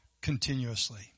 continuously